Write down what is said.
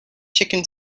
chicken